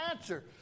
answer